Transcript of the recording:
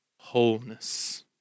wholeness